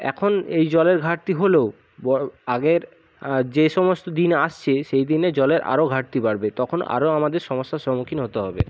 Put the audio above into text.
এখন এই জলের ঘাটতি হলেও ব আগের যে সমস্ত দিন আসছে সেই দিনে জলের আরো ঘাটতি বাড়বে তখন আরো আমাদের সমস্যার সম্মুখীন হতে হবে